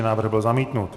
Návrh byl zamítnut.